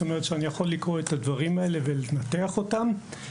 לכן אני יכול לקרוא את הדברים האלה ולנתח אותם.